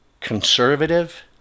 conservative